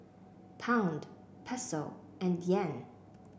Pound Peso and Yen